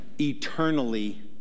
eternally